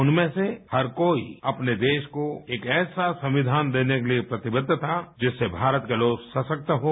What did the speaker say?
उनमें से हर कोई अपने देश को एक ऐसा संविधान देने के लिए प्रतिबद्ध था जिससे भारत के लोग सशक्त हों